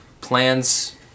plans